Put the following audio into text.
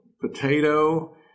potato